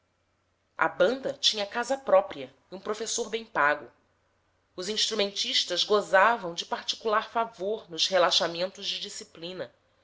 a banda tinha casa própria e um professor bem pago os instrumentistas gozavam de particular favor nos relaxamentos de disciplina